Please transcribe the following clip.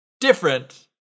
different